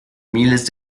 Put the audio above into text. miles